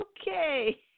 Okay